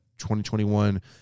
2021